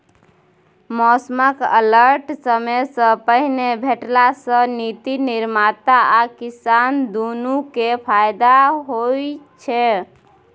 मौसमक अलर्ट समयसँ पहिने भेटला सँ नीति निर्माता आ किसान दुनु केँ फाएदा होइ छै